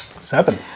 Seven